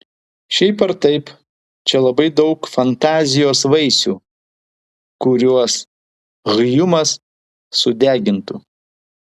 šiaip ar taip čia labai daug fantazijos vaisių kuriuos hjumas sudegintų